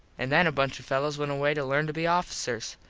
an then a bunch of fellos went away to lern to be officers.